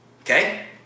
okay